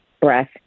breath